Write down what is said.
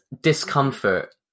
discomfort